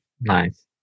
Nice